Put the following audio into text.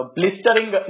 Blistering